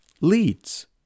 leads